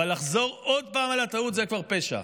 אבל לחזור עוד פעם על הטעות זה כבר פשע,